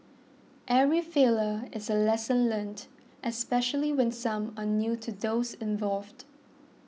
every failure is a lesson learnt especially when some are new to those involved